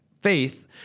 faith